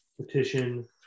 petition